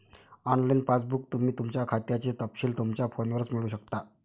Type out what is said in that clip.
online पासबुकसह, तुम्ही तुमच्या खात्याचे तपशील तुमच्या फोनवरच मिळवू शकता